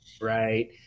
right